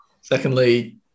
secondly